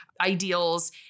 ideals